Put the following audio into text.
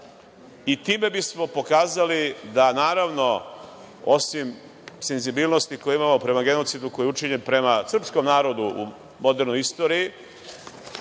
Time bismo pokazali da, naravno osim senzibilnosti koje imamo prema genocidu koji je učinjen prema srpskom narodu modernoj istoriji,